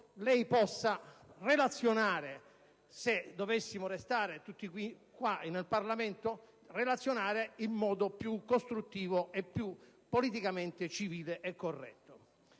lei possa relazionare, se dovessimo restare tutti qui nel Parlamento, in modo più costruttivo e politicamente civile e corretto.